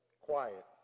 Quiet